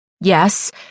yes